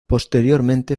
posteriormente